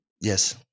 Yes